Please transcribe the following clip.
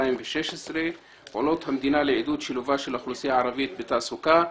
(2016): פעולות המדינה לעידוד שילובה של האוכלוסייה הערבית בתעסוקה.